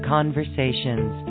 Conversations